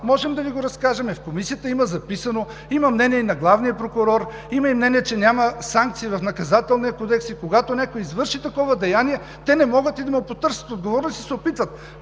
можем да Ви го разкажем. В Комисията го има записано. Има мнение и на Главния прокурор. Има и мнение, че няма санкции в Наказателния кодекс и, когато някой извърши такова деяние, те не могат да му потърсят отговорност и се опитват